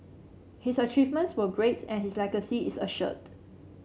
his achievements were great and his legacy is assured